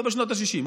לא בשנות השישים.